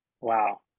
Wow